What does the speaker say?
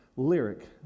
Lyric